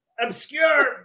obscure